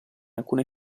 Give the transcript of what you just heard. alcune